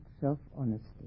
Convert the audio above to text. self-honesty